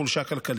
בחולשה כלכלית.